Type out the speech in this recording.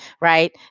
Right